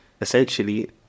essentially